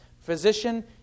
Physician